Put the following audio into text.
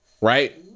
right